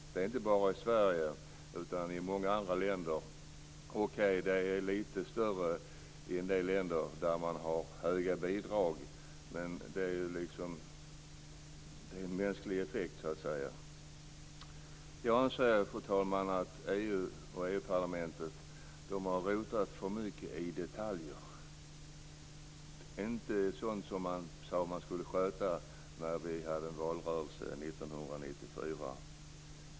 Det gäller inte bara Sverige utan många andra länder också. Okej, det är lite större i en del länder där man har höga bidrag, men det är liksom en mänsklig effekt. Jag anser, fru talman, att EU och EU-parlamentet har rotat för mycket i detaljer, i sådant som man inte sade att man skulle sköta när vi hade en valrörelse 1994.